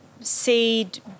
seed